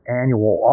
annual